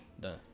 Done